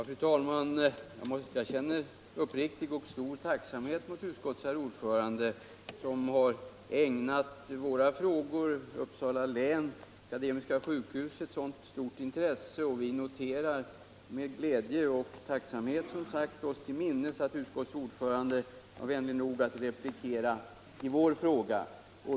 Fru talman! Jag känner uppriktig och stor tacksamhet mot utskottets ordförande, som har ägnat våra frågor — Uppsala lin och Akademiska sjukhuset — så stort intresse. Vi noterar oss med glädje till minnes att utskottets ordförande var vänlig nog att replikera i våra frågor.